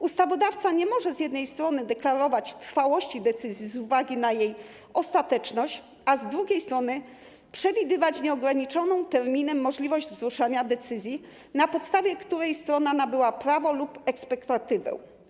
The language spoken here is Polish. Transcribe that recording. Ustawodawca nie może z jednej strony deklarować trwałości decyzji z uwagi na jej ostateczność, a z drugiej strony przewidywać nieograniczoną terminem możliwość wzruszania decyzji, na podstawie której strona nabyła prawo lub ekspektatywę.